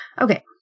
Okay